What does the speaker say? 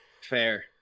Fair